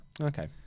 Okay